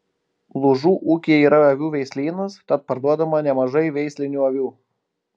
lūžų ūkyje yra avių veislynas tad parduodama nemažai veislinių avių